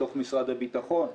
בתוך משרד הביטחון.